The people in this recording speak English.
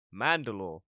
Mandalore